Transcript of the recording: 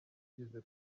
igeze